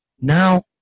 now